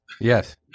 Yes